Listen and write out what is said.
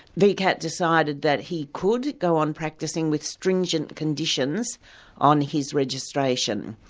vcat decided that he could go on practising with stringent conditions on his registration.